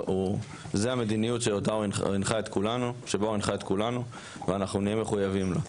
זו המדיניות אותה הנחה את כולנו ואנחנו נהיה מחויבים לה.